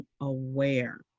aware